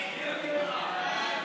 כשירות רב ראשי